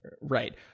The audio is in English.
Right